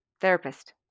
therapist